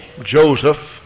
Joseph